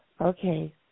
Okay